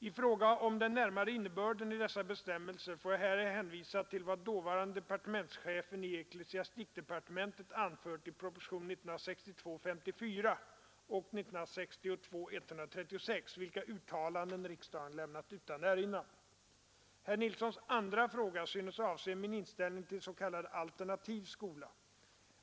I fråga om den närmare innebörden i dessa bestämmelser får jag här hänvisa till vad dåvarande departementschefen i ecklesiastikdepartementet anfört i propositionerna 54 och 136 år 1962, vilka uttalanden riksdagen lämnat utan erinran. Herr Nilssons andra fråga synes avse min inställning till s.k. alternativ skola.